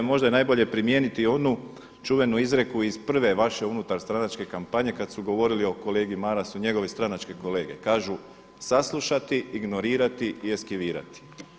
Možda je najbolje primijeniti onu čuvenu izreku iz prve vaše unutarstranačke kampanje kada su govorili o kolegi Marasu njegove stranačke kolege, kažu: „Saslušati, ignorirati i eskivirati.